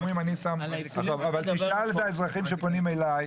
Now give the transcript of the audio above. אבל תשאל את האזרחים שפונים אליי,